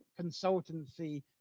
consultancy